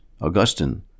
Augustine